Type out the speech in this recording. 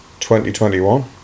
2021